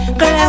girl